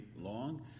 long